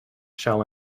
shall